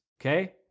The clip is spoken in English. okay